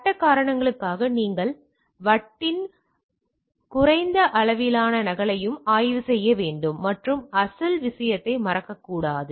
சட்ட காரணங்களுக்காக நீங்கள் வட்டின் குறைந்த அளவிலான நகலையும் ஆய்வு செய்ய வேண்டும் மற்றும் அசல் விஷயத்தை மாற்றக்கூடாது